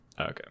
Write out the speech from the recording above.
Okay